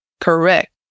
Correct